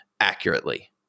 accurately